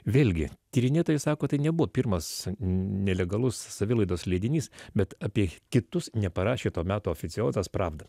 vėlgi tyrinėtojai sako tai nebuvo pirmas nelegalus savilaidos leidinys bet apie kitus neparašė to meto oficiozas pravda